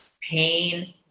pain